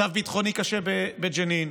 מצב ביטחוני קשה בג'נין?